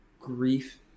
grief